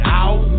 out